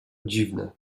dziwne